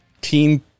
team